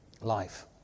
life